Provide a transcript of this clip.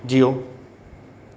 जीउ